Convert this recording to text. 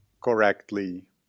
correctly